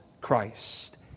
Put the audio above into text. Christ